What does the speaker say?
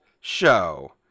show